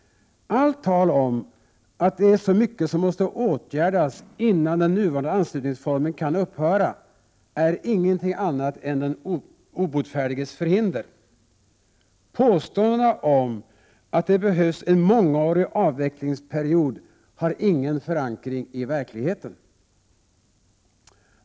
Allt tal om att det är så mycket som måste åtgärdas innan den nuvarande anslutningsformen kan upphöra är ingenting annat än den obotfärdiges förhinder. Påståendena om att det behövs en mångårig avvecklingsperiod har ingen förankring i verkligheten.